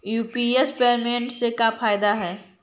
UPI payment से का फायदा है?